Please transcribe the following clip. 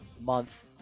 month